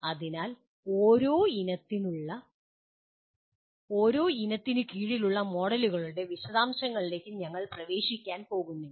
അതിനാൽ ഓരോ ഇനത്തിനു കീഴിലുള്ള മോഡലുകളുടെ വിശദാംശങ്ങളിലേക്ക് ഞങ്ങൾ പ്രവേശിക്കാൻ പോകുന്നില്ല